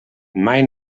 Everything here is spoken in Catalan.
mai